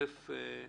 דבר ראשון,